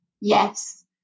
yes